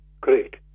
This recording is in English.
great